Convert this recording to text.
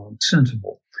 sensible